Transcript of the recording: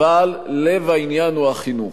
אבל לב העניין הוא החינוך.